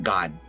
God